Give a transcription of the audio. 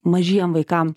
mažiem vaikam